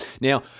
Now